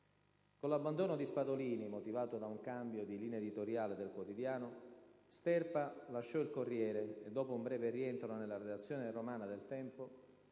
Con l'abbandono di Spadolini, motivato da un cambio di linea editoriale del quotidiano, Sterpa lasciò il Corriere e, dopo un breve rientro nella redazione romana de «Il Tempo»,